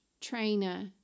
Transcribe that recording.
trainer